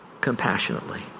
compassionately